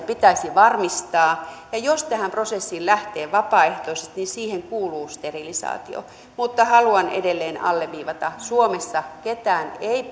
pitäisi varmistaa ja jos tähän prosessiin lähtee vapaaehtoisesti niin siihen kuuluu sterilisaatio mutta haluan edelleen alleviivata suomessa ketään ei